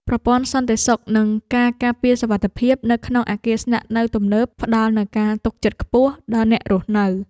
ប្រព័ន្ធសន្តិសុខនិងការការពារសុវត្ថិភាពនៅក្នុងអគារស្នាក់នៅទំនើបផ្ដល់នូវការទុកចិត្តខ្ពស់ដល់អ្នករស់នៅ។